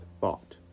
thought